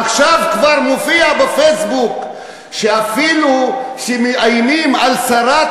עכשיו כבר מופיע בפייסבוק שאפילו מאיימים על שרת